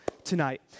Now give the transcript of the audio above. tonight